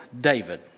David